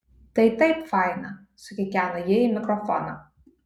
tai taip faina sukikena ji į mikrofoną